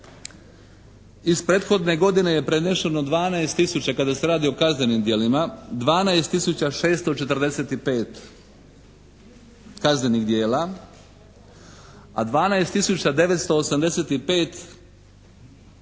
iz prethodne godine je prenešeno 12 tisuća kada se radi o kaznenim djelima, 12 tisuća 645 kaznenih djela, a 12 985 kaznenih djela